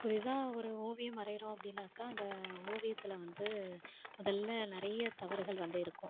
புதிதாக ஒரு ஓவியம் வரைகிறோம் அப்படின்னாக்கா அந்த ஓவியத்தில் வந்து முதல்ல நிறைய தவறுகள் வந்து இருக்கும்